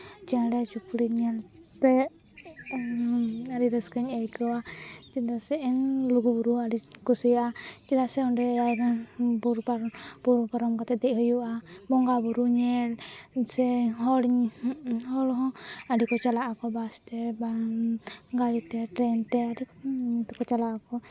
ᱪᱮᱬᱮ ᱪᱩᱯᱲᱤ ᱧᱮᱞᱛᱮ ᱟᱹᱰᱤ ᱨᱟᱹᱥᱠᱟᱹᱧ ᱟᱹᱭᱠᱟᱹᱣᱟ ᱪᱮᱫᱟᱜ ᱮᱱ ᱞᱩᱜᱩᱼᱵᱩᱨᱩ ᱟᱹᱰᱤᱧ ᱠᱩᱥᱤᱭᱟᱜᱼᱟ ᱪᱮᱫᱟᱜ ᱥᱮ ᱚᱸᱰᱮ ᱟᱭᱢᱟ ᱜᱟᱱ ᱵᱩᱨᱩ ᱯᱟᱨᱚᱢ ᱵᱩᱨᱩ ᱯᱟᱨᱚᱢ ᱠᱟᱛᱮᱜ ᱫᱮᱡ ᱦᱩᱭᱩᱜᱼᱟ ᱵᱚᱸᱜᱟᱼᱵᱩᱨᱩ ᱧᱮᱞ ᱥᱮ ᱦᱚᱲ ᱦᱚᱲ ᱦᱚᱸ ᱟᱹᱰᱤ ᱠᱚ ᱪᱟᱞᱟᱜ ᱟᱠᱚ ᱵᱟᱥᱛᱮ ᱵᱟᱝ ᱜᱟᱹᱲᱤᱛᱮ ᱴᱨᱮᱱ ᱛᱮ ᱡᱩᱫᱤ ᱠᱚ ᱪᱟᱞᱟᱜ ᱟᱠᱚ